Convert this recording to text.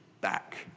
back